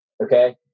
Okay